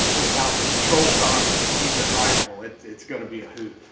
without the controls on to keep it rideable. it's it's gonna be a hoot!